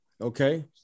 okay